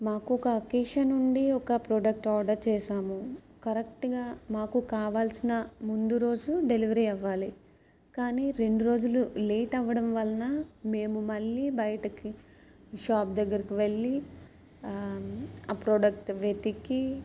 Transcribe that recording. మాకు ఒక అకేషన్ ఉండి ఒక ప్రోడక్ట్ ఆర్డర్ చేసాము కరెక్ట్ గా మాకు కావాల్సిన ముందు రోజు డెలివరీ అవ్వాలి కానీ రెండు రోజులు లేట్ అవ్వడం వలన మేము మళ్ళీ బయటికి షాప్ దగ్గరికి వెళ్ళి ఆ ప్రోడక్ట్ వెతికి